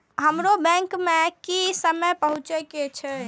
हमरो बैंक में की समय पहुँचे के छै?